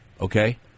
Okay